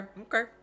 Okay